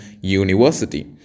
university